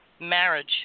marriage